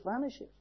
vanishes